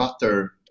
butter